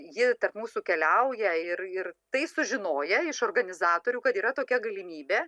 ji tarp mūsų keliauja ir ir tai sužinoję iš organizatorių kad yra tokia galimybė